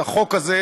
את החוק הזה,